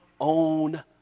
own